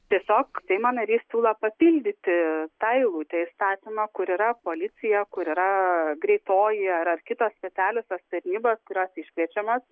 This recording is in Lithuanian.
tiesiog seimo narys siūlo papildyti tą eilutę įstatymo kur yra policija kur yra greitoji ar ar kitos specialiosios tarnybos kurios iškviečiamos